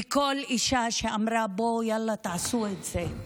וכל אישה שאמרה: בואו, יאללה, תעשו את זה.